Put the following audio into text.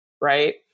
Right